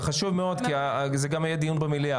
זה חשוב מאוד, כי זה גם יהיה דיון המליאה.